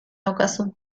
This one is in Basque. daukazu